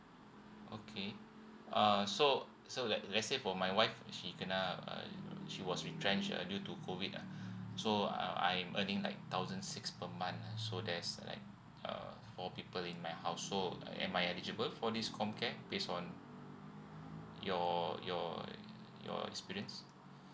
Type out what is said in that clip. okay uh so so let let say for my wife she can now err she was retrenched uh due to COVID ah so uh I'm earning like thousand six per month ah so there's like uh four people in my house so uh am I eligible for this comcare based on your your your experience